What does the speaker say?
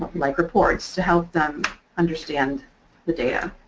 like reports to help them understand the data.